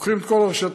לוקחים את כל הרשתות,